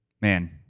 Man